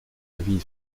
avis